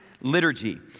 liturgy